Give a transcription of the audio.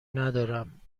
ندارم